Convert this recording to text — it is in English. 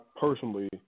personally